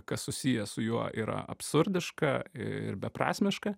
kas susiję su juo yra absurdiška ir beprasmiška